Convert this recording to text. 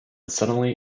suddenly